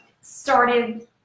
started